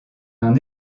n’en